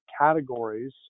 categories